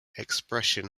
expression